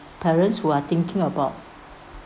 parents who are thinking about